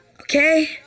Okay